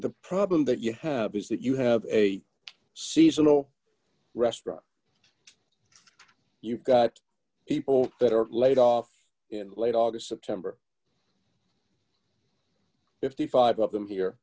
the problem that you have is that you have a seasonal restaurant you've got people that are laid off in late august september fifty five of them here